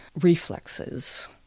reflexes